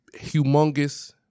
humongous